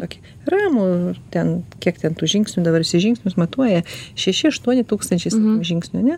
tokį ramų ten kiek ten tų žingsnių dabar visi žingsnius matuoja šeši aštuoni tūkstančiai žingsnių ane